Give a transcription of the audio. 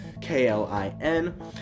K-L-I-N